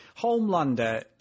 Homelander